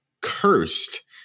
cursed